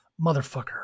motherfucker